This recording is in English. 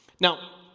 Now